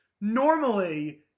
normally